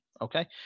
Okay